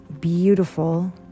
beautiful